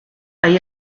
hay